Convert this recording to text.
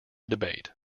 debate